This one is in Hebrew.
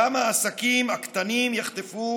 גם העסקים הקטנים יחטפו